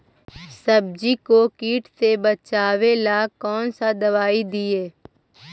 सब्जियों को किट से बचाबेला कौन सा दबाई दीए?